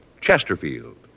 Chesterfield